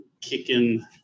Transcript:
Kicking